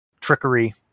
trickery